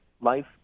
life